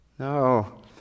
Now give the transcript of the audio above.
No